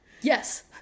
Yes